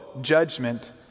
judgment